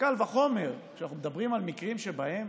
קל וחומר כשאנחנו מדברים על מקרים שבהם